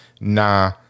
Nah